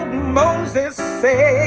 moses said